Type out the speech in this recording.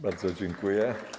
Bardzo dziękuję.